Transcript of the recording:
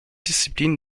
disziplinen